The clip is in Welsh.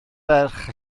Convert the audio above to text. ferch